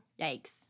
Yikes